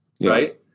right